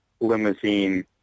limousine